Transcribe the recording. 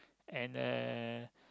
and uh